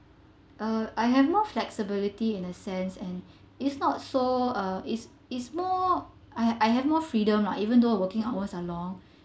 uh I have more flexibility in a sense and it's not so uh it's it's more I I have more freedom lah even though working hours are long